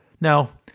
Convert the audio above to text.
Now